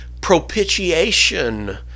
propitiation